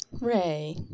Ray